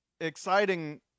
exciting